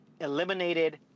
eliminated